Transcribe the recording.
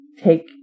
take